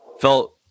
felt